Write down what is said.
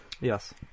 Yes